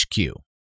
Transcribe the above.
HQ